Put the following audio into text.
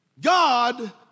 God